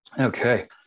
Okay